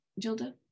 Jilda